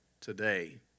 today